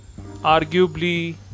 arguably